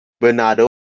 Bernardo